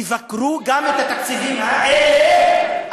תבקרו גם את התקציבים האלה.